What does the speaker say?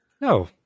No